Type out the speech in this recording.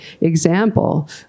example